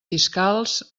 fiscals